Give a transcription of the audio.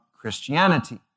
Christianity